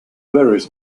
varies